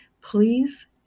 Please